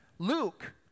Luke